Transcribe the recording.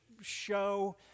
show